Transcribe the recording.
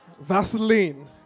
Vaseline